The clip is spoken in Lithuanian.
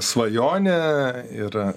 svajonė ir